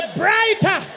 brighter